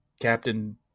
captain